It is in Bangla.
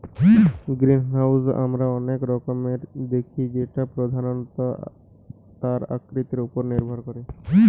গ্রিনহাউস আমরা অনেক রকমের দেখি যেটা প্রধানত তার আকৃতি উপর নির্ভর করে